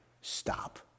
stop